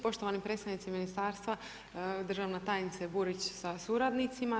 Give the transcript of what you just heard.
Poštovani predstavnici Ministarstva, državna tajnice Burić sa suradnicima.